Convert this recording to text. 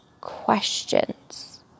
questions